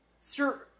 Sir